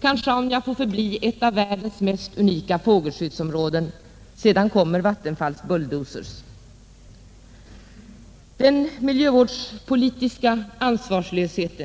kan Sjaunja få förbli ett av världens mest unika fågelskyddsområden. Sedan kommer Vattenfalls bulldozers. Denna enligt mitt bedömande miljövårdspolitiska ansvarslöshet